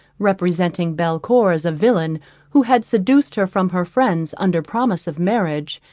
representing belcour as a villain who had seduced her from her friends under promise of marriage,